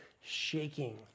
shaking